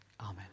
Amen